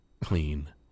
clean